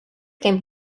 kemm